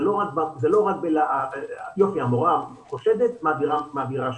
זה לא רק שהמורה חושדת, מעבירה שם.